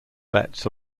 bets